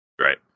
Right